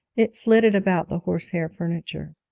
it flitted about the horsehair furniture.